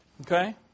Okay